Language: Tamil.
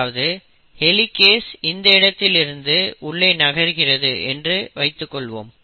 அதாவது ஹெலிகேஸ் இந்த இடத்தில் இருந்து உள்ளே நகர்கிறது என்று வைத்துக் கொள்வோம்